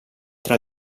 tra